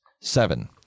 Seven